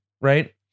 Right